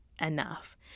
enough